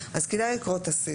אז כדאי לקרוא את הסעיפים,